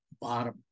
bottom